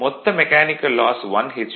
மொத்த mechanical loss 1 H